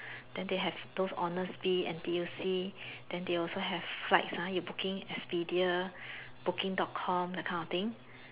then they have those Honestbee N_T_U_C then they also have flights ah you booking Expedia booking dot com that kind of thing